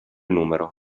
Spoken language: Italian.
numero